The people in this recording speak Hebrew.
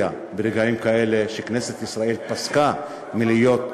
ברגעים כאלה שכנסת ישראל פסקה מלהיות,